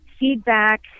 feedback